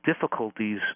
difficulties